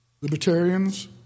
Libertarians